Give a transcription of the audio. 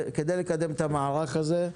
כדי לקדם את המערך הזה.